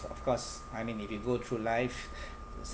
of course I mean if you go through life it's